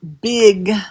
Big